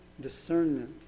discernment